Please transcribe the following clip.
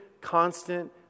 constant